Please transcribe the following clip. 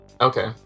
Okay